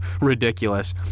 ridiculous